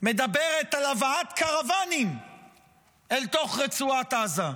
מדברת על הבאת קרוואנים אל תוך רצועת עזה.